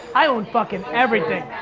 i owned fuckin' everything.